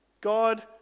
God